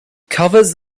covers